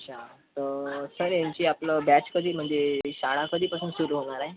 अच्छा तर सर ह्यांची आपलं बॅच कधी म्हणजे शाळा कधीपासून सुरू होणार आहे